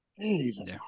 Jesus